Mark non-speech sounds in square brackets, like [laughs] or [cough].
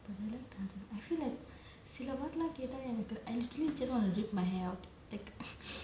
வந்து:vanthu I feel like சில:sila word லாம் கேட்டா:laam ketaa I just wanna take my hair out [laughs]